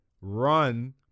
run